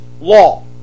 law